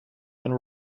and